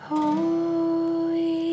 Holy